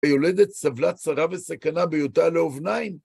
היולדת סבלה צרה וסכנה בהיותה על האובניים.